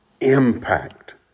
impact